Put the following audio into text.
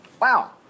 Wow